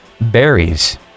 berries